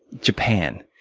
japan,